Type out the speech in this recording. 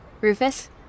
Rufus